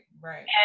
Right